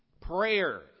prayer